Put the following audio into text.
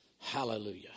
Hallelujah